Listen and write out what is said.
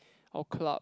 or club